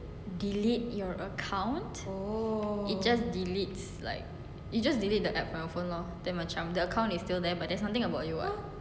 delete your account it just delete like it just delete the apps on your phone lor then macam the account is still there there's something about you [what]